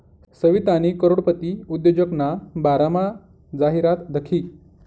सवितानी करोडपती उद्योजकना बारामा जाहिरात दखी